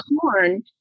corn